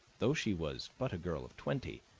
though she was but a girl of twenty,